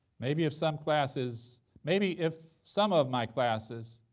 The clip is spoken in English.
maybe if some classes maybe if some of my classes